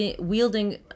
wielding